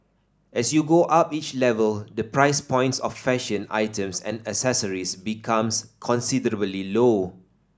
as you go up each level the price point of fashion items and accessories becomes considerably low